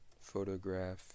Photograph